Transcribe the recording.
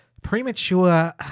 premature